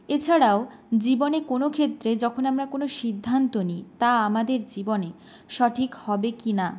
এছাড়াও জীবনের কোনো ক্ষেত্রে যখন আমরা কোন সিদ্ধান্ত নিই তা আমাদের জীবনে সঠিক হবে কি না